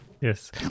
Yes